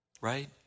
Right